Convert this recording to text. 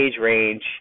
range